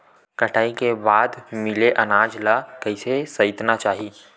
कटाई के बाद मिले अनाज ला कइसे संइतना चाही?